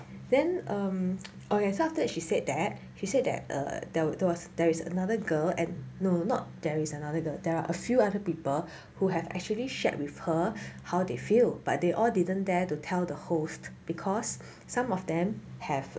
then um oh so after that she said that she said that err that would was there is another girl and no not there is another girl there are a few other people who have actually shared with her how they feel but they all didn't dare to tell the host because some of them have